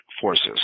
forces